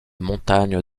montagne